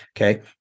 Okay